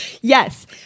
Yes